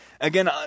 Again